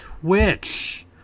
Twitch